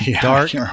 Dark